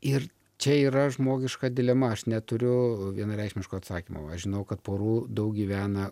ir čia yra žmogiška dilema aš neturiu vienareikšmiško atsakymo aš žinau kad porų daug gyvena